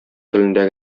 телендә